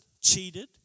cheated